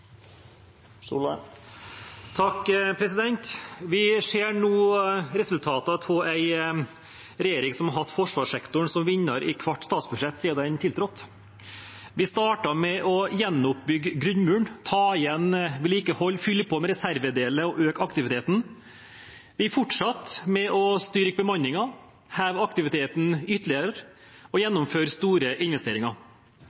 Vi ser nå resultatene av en regjering som har hatt forsvarssektoren som vinner i hvert statsbudsjett siden den tiltrådte. Vi startet med å gjenoppbygge grunnmuren, ta igjen vedlikehold, fylle på med reservedeler og øke aktiviteten. Vi fortsatte med å styrke bemanningen, heve aktiviteten ytterligere og